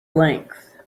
length